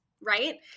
right